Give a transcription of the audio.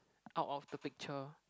out of the picture